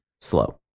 slow